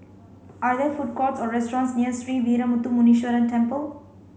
are there food courts or restaurants near Sree Veeramuthu Muneeswaran Temple